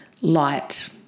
light